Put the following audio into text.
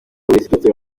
w’uburezi